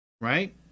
right